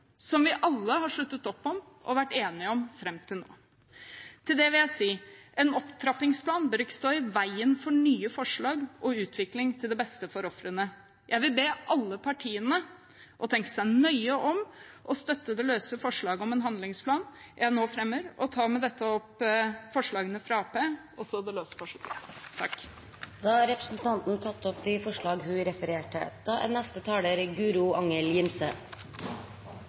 som vi alle har sluttet opp om og vært enige om fram til nå. Til det vil jeg si: En opptrappingsplan bør ikke å stå i veien for nye forslag og utvikling til det beste for ofrene. Jeg vil be alle partiene tenke seg nøye om og støtte det løse forslaget om en handlingsplan som jeg nå fremmer. Jeg tar med dette opp forslagene nr. 1 og 7. Representanten Maria Aasen-Svensrud har tatt opp de forslagene hun refererte til. Vold i nære relasjoner er